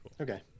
okay